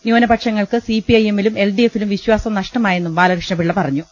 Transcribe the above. ന്യൂനപ ക്ഷങ്ങൾക്ക് സിപിഐഎമ്മിലും എൽഡിഎഫിലും വിശ്വാസം നഷ്ടമായെന്നും ബാലകൃഷ്ണ്പിള്ള പറഞ്ഞു